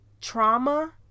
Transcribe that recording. trauma